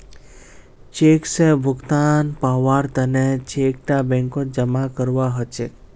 cheque स भुगतान पाबार तने चेक टा बैंकत जमा करवा हछेक